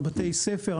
על בתי ספר,